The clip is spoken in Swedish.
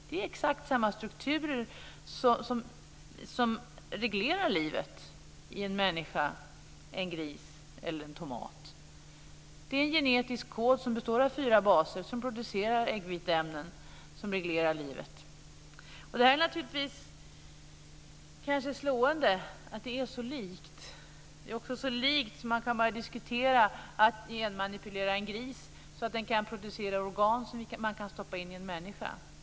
Det är exakt samma strukturer som reglerar livet i en människa, i en gris eller i en tomat. Det är en genetisk kod som består av fyra baser och som producerar äggviteämnen som reglerar livet. Det är slående att det är så likt, så likt att man kan börja diskutera att genmanipulera en gris så att den kan producera organ som man kan stoppa in i en människa.